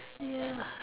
ya